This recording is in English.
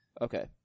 Okay